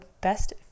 Best